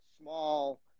small